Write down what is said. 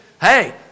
Hey